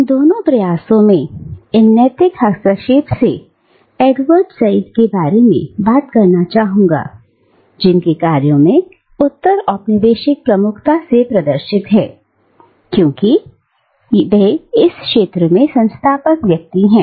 इन दोनों प्रयासों में इन नैतिक हस्तक्षेप से एडवर्ड सईद के बारे में बात करना चाहूंगा जिनके कार्यों में उत्तर औपनिवेशिक प्रमुखता से प्रदर्शित है क्योंकि यह इस क्षेत्र में संस्थापक व्यक्ति हैं